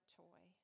toy